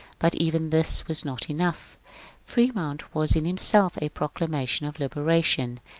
but even this was not enough fremont was in himself a proclamation of liberation,